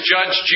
Judge